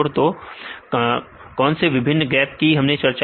तो कौन से विभिन्न गैप कि हमने चर्चा की